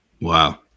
Wow